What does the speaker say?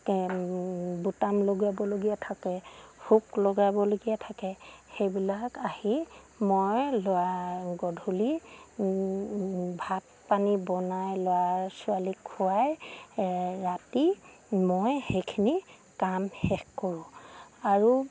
বুটাম লগাবলগীয়া থাকে হুক লগাবলগীয়া থাকে সেইবিলাক আহি মই ল'ৰা গধূলি ভাত পানী বনাই ল'ৰা ছোৱালীক খুৱাই ৰাতি মই সেইখিনি কাম শেষ কৰোঁ আৰু